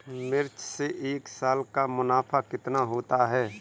मिर्च से एक साल का मुनाफा कितना होता है?